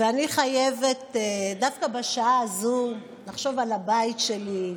ואני חייבת דווקא בשעה הזאת לחשוב על הבית שלי,